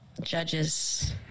judges